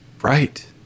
Right